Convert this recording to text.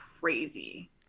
crazy